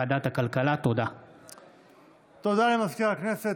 הודעה למזכיר הכנסת.